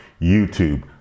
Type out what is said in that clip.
youtube